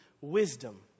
wisdom